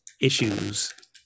issues